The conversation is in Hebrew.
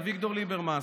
אביגדור ליברמס.